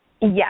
Yes